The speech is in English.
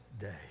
day